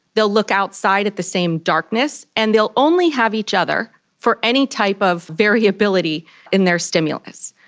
they will look outside at the same darkness, and they will only have each other for any type of variability in their stimulus.